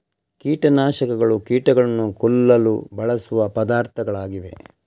ಕೀಟ ನಾಶಕಗಳು ಕೀಟಗಳನ್ನು ಕೊಲ್ಲಲು ಬಳಸುವ ಪದಾರ್ಥಗಳಾಗಿವೆ